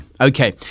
Okay